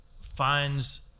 finds